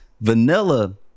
Vanilla